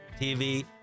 TV